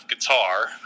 guitar